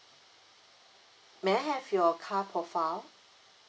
may I have your car profile